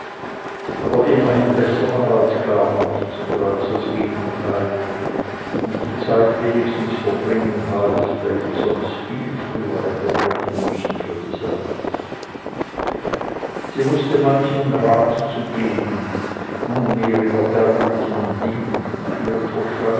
aber immerhin besser war als gar nichts oder als das gegenteil und die zeit wenigstens verbringen half welche sonst viel früher hätte brechen müssen für diese leute sie wußte manchen rat zu geben nunmehr in erbärmlichen dingen nach ihrem verstande